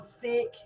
sick